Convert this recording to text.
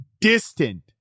distant